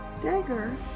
Dagger